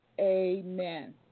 Amen